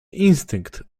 instynkt